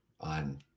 on